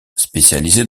spécialisée